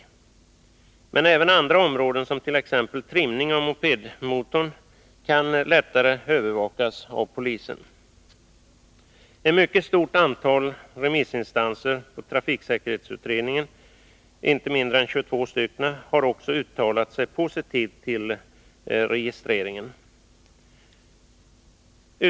Men en registrering gör att även andra områden, t.ex. trimning av mopedmotorer, lättare kan övervakas av polisen. Ett mycket stort antal remissinstanser på trafiksäkerhetsutredningen— inte mindre än 22 stycken — har också uttalat sig positivt till registrering.